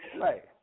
Right